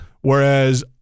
Whereas